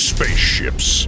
Spaceships